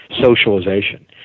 socialization